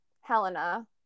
Helena